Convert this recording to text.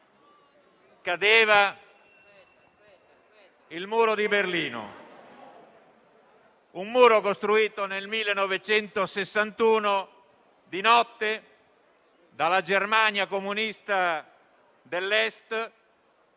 cadeva il Muro di Berlino, costruito nel 1961, di notte, dalla Germania comunista dell'Est,